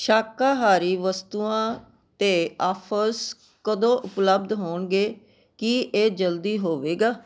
ਸ਼ਾਕਾਹਾਰੀ ਵਸਤੂਆਂ 'ਤੇ ਆਫ਼ਰਜ਼ ਕਦੋਂ ਉਪਲਬੱਧ ਹੋਣਗੇ ਕੀ ਇਹ ਜਲਦੀ ਹੋਵੇਗਾ